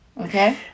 Okay